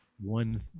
One